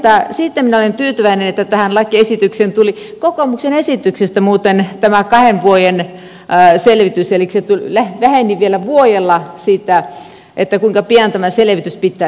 siihen minä olen tyytyväinen että tähän lakiesitykseen tuli kokoomuksen esityksestä muuten tämä kahden vuoden selvitys elikkä se väheni vielä vuodella kuinka pian tämä selvitys pitää tehdä